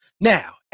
Now